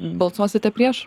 balsuosite prieš